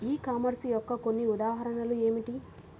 ఈ కామర్స్ యొక్క కొన్ని ఉదాహరణలు ఏమిటి?